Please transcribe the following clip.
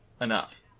enough